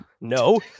no